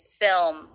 film